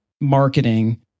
marketing